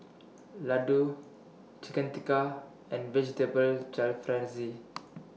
Ladoo Chicken Tikka and Vegetable Jalfrezi